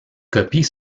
copies